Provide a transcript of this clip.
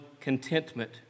contentment